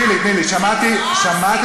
הרב אייכלר, אני שומרת שבת.